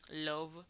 love